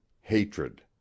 hatred